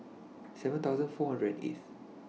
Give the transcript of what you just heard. seven thousand four hundred and eighth